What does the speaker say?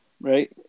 Right